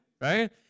right